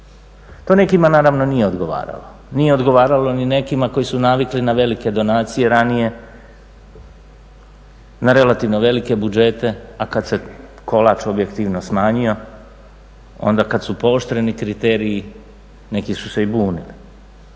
To nekima naravno nije odgovaralo, nije odgovaralo ni nekima koji su navikli na velike donacije ranije, na relativno velike budžete, a kad se kolač objektivno smanjio, onda kad su pooštreni kriteriji, neki su se i bunili,